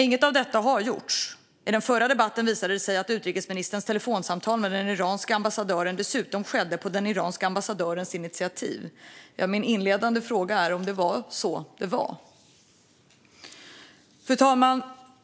Inget av detta har gjorts. I den förra debatten visade det sig dessutom att utrikesministerns telefonsamtal med den iranske ambassadören skedde på den iranske ambassadörens initiativ. Min inledande fråga är om det var så. Fru talman!